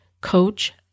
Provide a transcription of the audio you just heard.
Coach